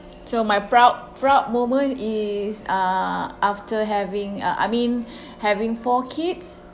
so my proud proud moment is uh after having uh I mean having four kids